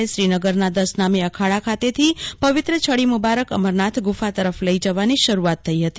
ગયા સોમવારે શ્રીનગરના દશનામી અખાડા ખાતેથી પવિત્ર છડી મુબારક અમરનાથ ગુફા તરફ લઈજવાની શરૂઆત થઈહતી